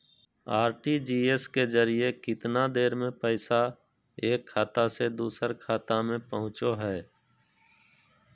RTGS के जरिए कितना देर में पैसा एक खाता से दुसर खाता में पहुचो है?